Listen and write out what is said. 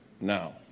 now